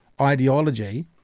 ideology